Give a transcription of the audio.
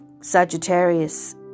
Sagittarius